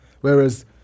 Whereas